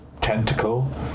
Tentacle